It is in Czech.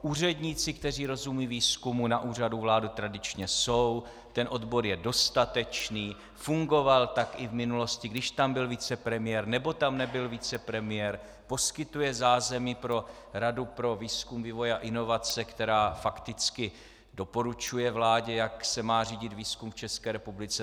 Úředníci, kteří rozumějí výzkumu, na Úřadu vlády tradičně jsou, ten odbor je dostatečný, fungoval tak i v minulosti, když tam byl vicepremiér, nebo tam nebyl vicepremiér, poskytuje zázemí pro Radu pro výzkum, vývoj a inovace, která fakticky doporučuje vládě, jak se má řídit výzkum v České republice.